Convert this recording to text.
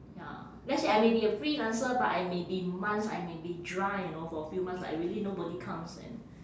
ya let's say I may be a freelancer but I may be months I may be dry you know for a few months like I really nobody comes and